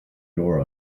door